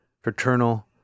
fraternal